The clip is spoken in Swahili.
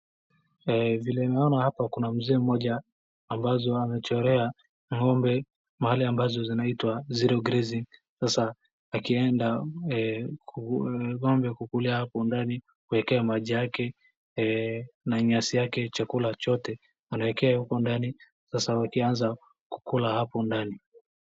Vile naona hapa kuna mzee mmoja ambaye amechorea ng'ombe mahali ambapo panaitwa zero grazing , sasa akienda, ng'ombe hukulia hapo ndani, huwaekea maji yake, na nyasi yake, chakula chote anaekea yeye huko ndani sasa wakianza kukula hapo ndani.